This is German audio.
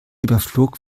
überflog